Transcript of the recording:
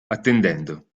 attendendo